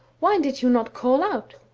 why did you not call out?